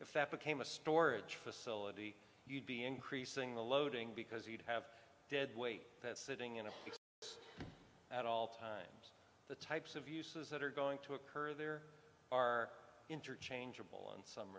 if that became a storage facility you'd be increasing the loading because you'd have dead weight sitting in a at all times the types of uses that are going to occur there are interchangeable